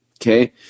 Okay